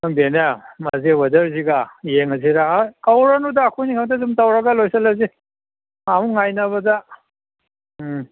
ꯈꯪꯗꯦꯅꯦ ꯃꯥꯁꯦ ꯋꯦꯗꯔꯁꯤꯒ ꯌꯦꯡꯉꯁꯤꯔꯥ ꯑ ꯀꯧꯔꯨꯔꯅꯨꯗ ꯑꯩꯈꯣꯏ ꯑꯅꯤ ꯈꯛꯇ ꯑꯗꯨꯝ ꯇꯧꯔꯒ ꯂꯣꯏꯁꯤꯜꯂꯁꯤ ꯑꯃꯨꯛ ꯉꯥꯏꯅꯕꯗ